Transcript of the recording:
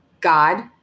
God